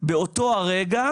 באותו רגע